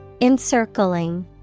Encircling